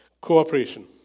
Cooperation